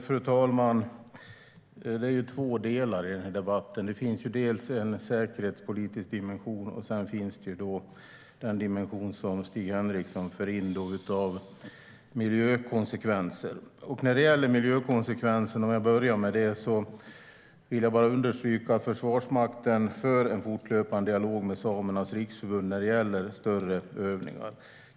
Fru talman! Det finns två delar i den här debatten. Dels finns det en säkerhetspolitisk dimension, dels finns den dimension av miljökonsekvenser Stig Henriksson för in. Om jag börjar med miljökonsekvenserna vill jag bara understryka att Försvarsmakten för en fortlöpande dialog med Samernas Riksförbund när det gäller större övningar.